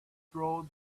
throw